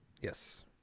Yes